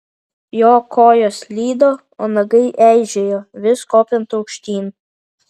jo kojos slydo o nagai eižėjo vis kopiant aukštyn